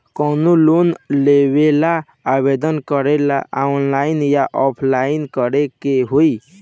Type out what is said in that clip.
कवनो लोन लेवेंला आवेदन करेला आनलाइन या ऑफलाइन करे के होई?